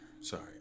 Sorry